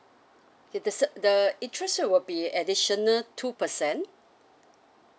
i~ the ce~ the interest rate will be additional two percent